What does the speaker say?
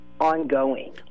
ongoing